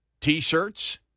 T-shirts